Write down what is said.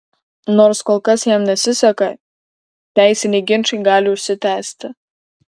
nors kol kas jam nesiseka teisiniai ginčai gali užsitęsti